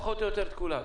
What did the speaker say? פחות או יותר את כולם.